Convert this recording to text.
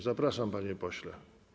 Zapraszam, panie pośle.